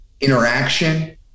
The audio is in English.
interaction